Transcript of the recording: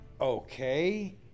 Okay